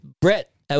Brett